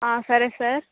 సరే సార్